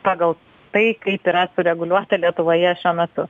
pagal tai kaip yra sureguliuota lietuvoje šiuo metu